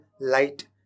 light